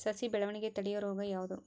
ಸಸಿ ಬೆಳವಣಿಗೆ ತಡೆಯೋ ರೋಗ ಯಾವುದು?